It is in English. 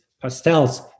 pastels